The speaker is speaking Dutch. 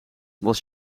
was